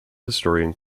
historian